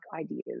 ideas